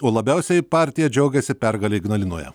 o labiausiai partija džiaugiasi pergale ignalinoje